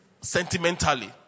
sentimentally